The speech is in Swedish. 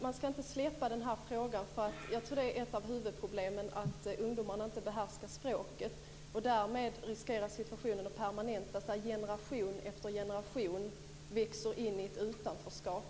Man ska inte släppa den här frågan, för jag tror att ett av huvudproblemen är att ungdomarna inte behärskar språket. Därmed riskerar situationen att permanentas när generation efter generation växer in i ett utanförskap.